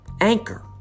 Anchor